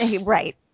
Right